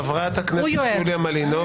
חברת הכנסת יוליה מלינובסקי.